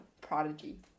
Prodigy